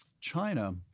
China